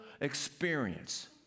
experience